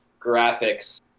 graphics